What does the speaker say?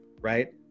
right